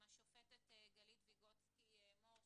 עם השופטת גלית ויגוצקי מור.